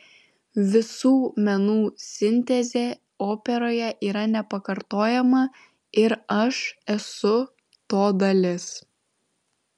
visų menų sintezė operoje yra nepakartojama ir aš esu to dalis